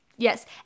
Yes